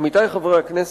עמיתי חברי הכנסת,